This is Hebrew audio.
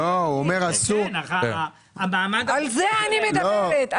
על זה אני מדברת.